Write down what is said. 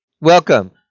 Welcome